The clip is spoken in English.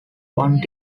one